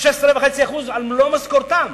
16.5% על מלוא משכורתם.